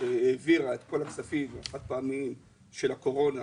שהעבירה את כל הכספים החד פעמיים של הקורונה.